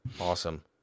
Awesome